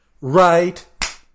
right